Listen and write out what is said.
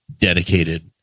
dedicated